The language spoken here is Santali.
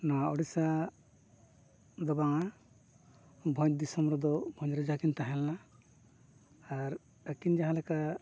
ᱱᱚᱣᱟ ᱩᱲᱤᱥᱥᱟ ᱫᱚ ᱵᱟᱝᱼᱟ ᱵᱷᱚᱸᱡᱽ ᱫᱤᱥᱚᱢ ᱨᱮᱫᱚ ᱵᱷᱚᱸᱡᱽ ᱨᱟᱡᱟᱠᱤᱱ ᱛᱟᱦᱮᱸ ᱞᱮᱱᱟ ᱟᱨ ᱟᱹᱠᱤᱱ ᱡᱟᱦᱟᱸ ᱞᱮᱠᱟ